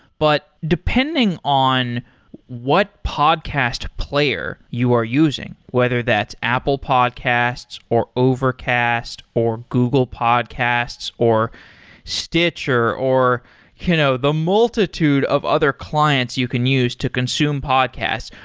but depending on what podcast player you are using, whether that's apple podcasts, or overcast, or google podcasts, or stitcher, or ah the multitude of other clients you can use to consume podcasts,